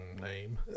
name